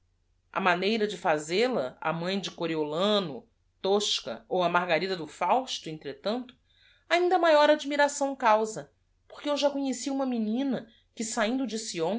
moraes maneira de fazel-a a mãe de oriolano osca ou a argarida do austo entretanto ainda maior admiração causa porque eu já conheei uma menina que sahindo de